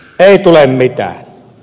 ei tule mitään